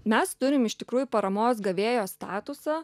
mes turim iš tikrųjų paramos gavėjo statusą